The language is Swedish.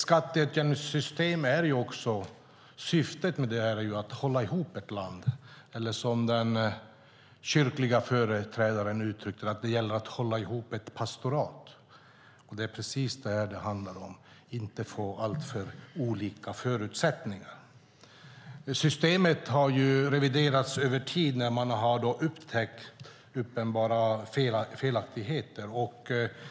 Syftet med ett skatteutjämningssystem är att hålla ihop ett land, eller som den kyrkliga företrädaren uttryckte det: Det gäller att hålla ihop ett pastorat. Det är precis vad det handlar om, nämligen att inte få alltför olika förutsättningar. Systemet har reviderats över tid när man har upptäckt uppenbara felaktigheter.